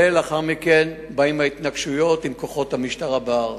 ולאחר מכן באות ההתנגשויות עם כוחות המשטרה בהר.